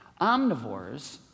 Omnivores